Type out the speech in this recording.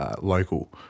local